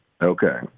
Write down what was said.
Okay